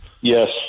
Yes